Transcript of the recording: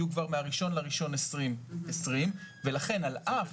יהיו כבר מה-1 בינואר 2021. ולכן על אף